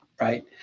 right